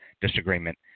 disagreement